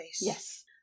Yes